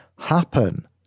Happen